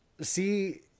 See